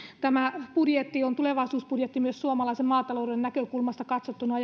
tämä budjetti on tulevaisuusbudjetti myös suomalaisen maatalouden näkökulmasta katsottuna